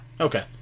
Okay